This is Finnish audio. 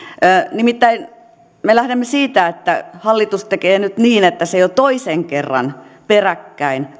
nimittäin me lähdemme siitä että hallitus tekee nyt niin että se jo toisen kerran peräkkäin